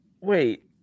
Wait